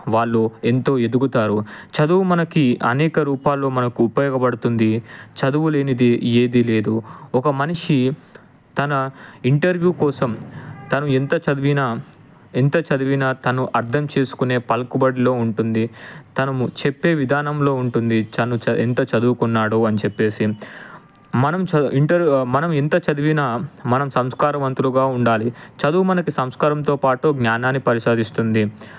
వాళ్ళు ఎంతో ఎదుగుతారు చదువు మనకి అనేక రూపాలు మనకు ఉపయోగపడుతుంది చదువు లేనిదే ఏదీ లేదు ఒక మనిషి తన ఇంటర్వ్యూ కోసం తను ఎంత చదివినా ఎంత చదివినా తను అర్థం చేసుకునే పలుకుబడిలో ఉంటుంది తను చెప్పే విధానంలో ఉంటుంది తను ఎంత చదువుకున్నాడు అని చెప్పి మనం ఇంటర్ మనం ఎంత చదివినా మనం సంస్కారవంతంగా ఉండాలి చదువు మనకు సంస్కారంతోపాటు జ్ఞానాన్ని ప్రసాదిస్తుంది